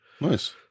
nice